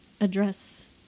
address